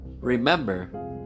remember